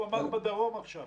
הוא אמר בדרום עכשיו.